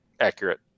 Accurate